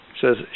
says